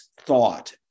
thought